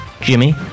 Jimmy